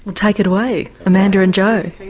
take it away amanda and